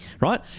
Right